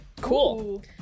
Cool